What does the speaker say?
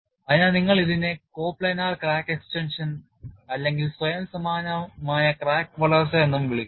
അതിനാൽ നിങ്ങൾ ഇതിനെ കോപ്ലാനാർ ക്രാക്ക് എക്സ്റ്റൻഷൻ അല്ലെങ്കിൽ സ്വയം സമാനമായ ക്രാക്ക് വളർച്ച എന്ന് വിളിക്കും